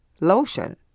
lotion